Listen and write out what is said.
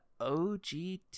OGT